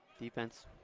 Defense